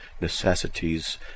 necessities